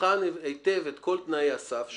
תבחן היטב את תנאי הסף שלה,